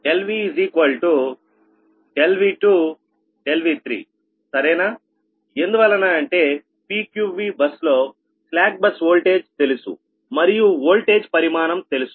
VV2 V3 సరేనా ఎందువలన అంటే PQVబస్ లో స్లాక్ బస్ వోల్టేజ్ తెలుసు మరియు వోల్టేజ్ పరిమాణం తెలుసు